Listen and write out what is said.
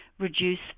reduce